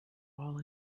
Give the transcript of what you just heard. all